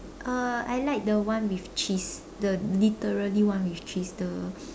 uh I like the one with cheese the literally one with cheese the